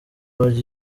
bajya